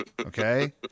okay